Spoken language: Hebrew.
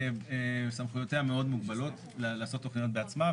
שסמכויותיה מאוד מוגבלות לעשות תכניות בעצמה,